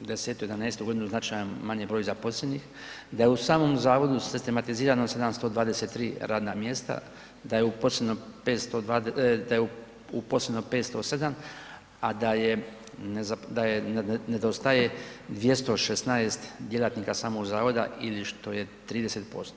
2011. godinu značajan manji broj zaposlenih, da je u samom zavodu sistematizirano 723 radna mjesta, da je uposleno 507 a da je, nedostaje 216 djelatnika samog zavoda ili što je 30%